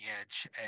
edge